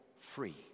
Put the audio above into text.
free